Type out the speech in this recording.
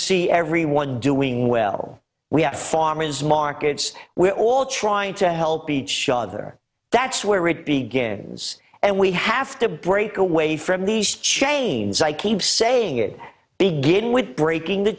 see everyone doing well we have farmers markets we're all trying to help each other that's where it began and we have to break away from these chains i keep saying it begin with breaking the